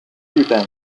日本